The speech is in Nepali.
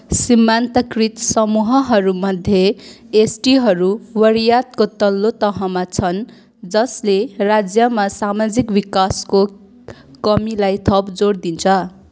सीमान्तकृत समूहहरूमध्ये एसटीहरू वरीयातको तल्लो तहमा छन् जसले राज्यमा सामाजिक विकासको कमीलाई थप जोड दिन्छ